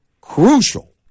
crucial